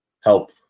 help